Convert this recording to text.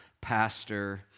pastor